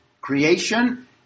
creation